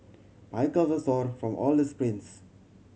my calves sore from all the sprints